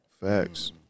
Facts